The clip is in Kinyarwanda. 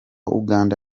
uganda